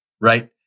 right